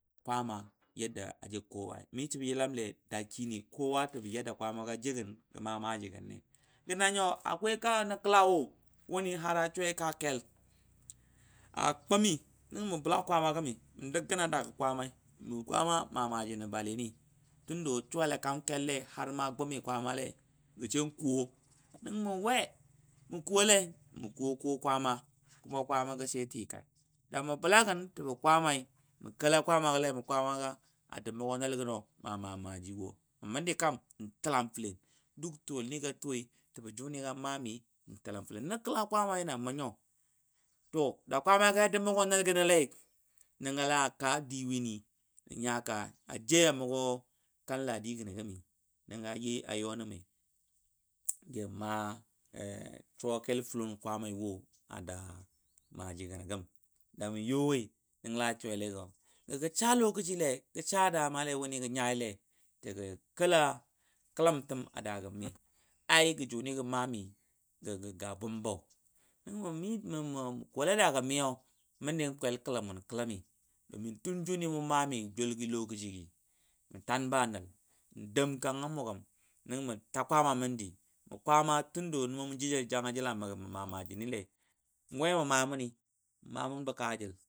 Kwaama yadda ya aje kowa mishi bə yəlam le. da kini kowa də yadda gə ma maaji gənɔ lai akwai ka nə kela wo yadda har a shuwai ka kel akɔmi na gɔ mə bəla kwaama gəmmi mə bəla kan kwaamai be kwaama ma maaji nə bali ni tunda gə suwalai kaam kelle har gə gʊmi kwaama lai. gə shen kʊwɔ, nən mən we mə kʊwo lai mə kuwɔ kuwɔ kwaama, kwaama she tikai, da mə bəla gən jəbɔ kwaamai nə kɛla kwaama le mə kwaama də mɔgɔ nəlgə nɔ ma maaji wɔ məndi kam N təlam fəlen tʊwɔl gə maami to da kwaama ya də mʊgɔ nəlgənɔ lei nənga la ka di wini a jei a mʊgɔ kan ladi jinɔ gəmi nənga you nə mə gə yan maa yan shuwa kel fʊlʊn kwaamai woda mə. yɔ wɔi nəngo gɔ gə dama le gə sa kələm a dagə mi jʊni gə ma mi ga bʊmbɔ. nəngɔ məɔ məndi kwel kɛləm kɛləmi domin tun juni mʊ mami joul gɔ lokaci mə tanba nəl kwel kɛləm nən mə ta kwaama məndi mə nʊmɔ jou janga jil a maaji ni N we mə maa mʊni mə mamunbɔ ka jil.